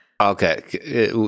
Okay